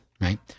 Right